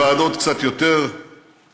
יש פה אנשים שנמצאים בוועדות קצת יותר מסווגות,